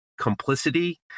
complicity